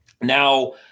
Now